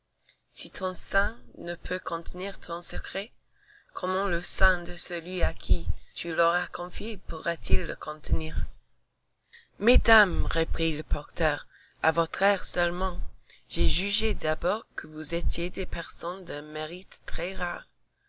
si ton sein ne peut contenir ton secret comment le sein de celui à qui tu l'auras confié pourra-t-il le contenir mesdames reprit le porteur à votre air seulement j'ai jugé d'abord que vous étiez des personnes d'un mérite